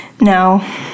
No